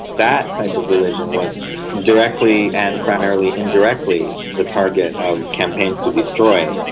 that type of religion was directly and primarily indirectly the target of campaigns to destroy.